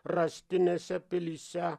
rąstinėse pilyse